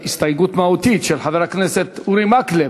הסתייגות מהותית של חבר הכנסת אורי מקלב.